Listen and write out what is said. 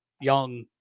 young